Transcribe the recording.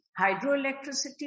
hydroelectricity